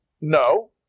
No